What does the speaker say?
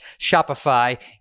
Shopify